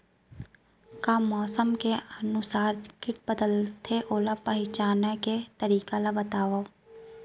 का मौसम के अनुसार किट बदलथे, ओला पहिचाने के तरीका ला बतावव?